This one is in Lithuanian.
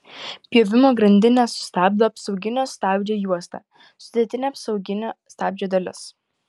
pjovimo grandinę sustabdo apsauginio stabdžio juosta sudėtinė apsauginio stabdžio dalis